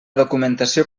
documentació